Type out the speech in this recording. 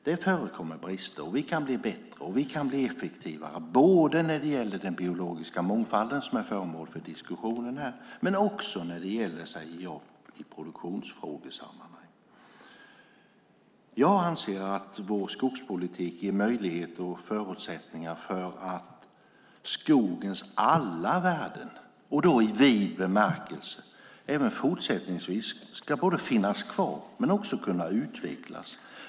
Det förekommer brister, och vi kan bli bättre och effektivare, både när det gäller den biologiska mångfalden, som är föremål för diskussionen, och i produktionsfrågesammanhang. Jag anser att vår skogspolitik ger möjlighet och förutsättningar för att skogens alla värden i vid bemärkelse även fortsättningsvis ska både finnas kvar och kunna utvecklas.